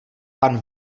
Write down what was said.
pan